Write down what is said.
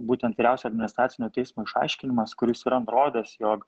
būtent vyriausio administracinio teismo išaiškinimas kuris yra nurodęs jog